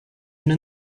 una